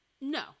No